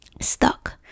stuck